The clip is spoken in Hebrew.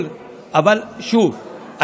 אבל שוב,